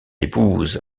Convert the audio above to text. épouse